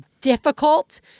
difficult